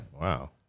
Wow